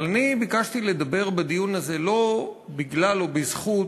אבל אני ביקשתי לדבר בדיון הזה לא בגלל או בזכות